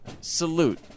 Salute